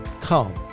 Come